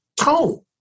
tone